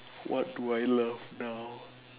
what do I love now